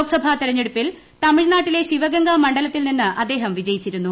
ലോക്സഭാ തെരഞ്ഞെടുപ്പിൽ തമിഴ്നാട്ടിലെ ശിവഗംഗ മണ്ഡലത്തിൽ നിന്ന് അദ്ദേഹം വിജയിച്ചിരുന്നു